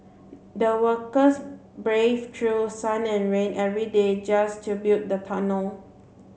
the workers braved through sun and rain every day just to build the tunnel